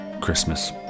Christmas